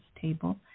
table